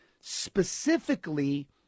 specifically